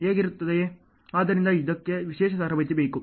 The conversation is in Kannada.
ಆದ್ದರಿಂದ ಇದಕ್ಕೆ ವಿಶೇಷ ತರಬೇತಿ ಬೇಕು